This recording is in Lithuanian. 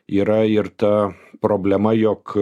yra ir ta problema jog